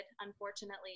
unfortunately